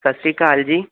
ਸਤਿ ਸ਼੍ਰੀ ਅਕਾਲ ਜੀ